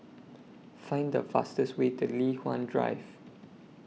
Find The fastest Way to Li Hwan Drive